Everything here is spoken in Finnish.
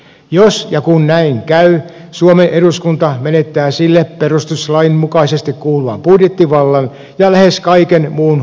jos ja kun näin käy suomen eduskunta menettää sille perustuslain mukaisesti kuuluvan budjettivallan ja lähes kaiken muun päätöksenteko oikeuden